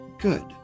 good